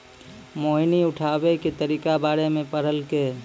मोहिनी उठाबै के तरीका बारे मे पढ़लकै